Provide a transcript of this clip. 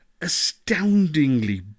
astoundingly